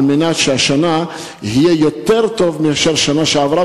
על מנת שהשנה יהיה יותר טוב מאשר בשנה שעברה.